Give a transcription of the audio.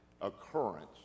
occurrence